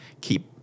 keep